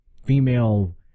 Female